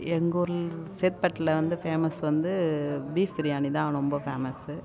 எங்கள் ஊரில் சேத்பெட்டில் வந்து ஃபேமஸ் வந்து பீஃப் பிரியாணி தான் ரொம்ப ஃபேமஸு